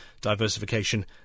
diversification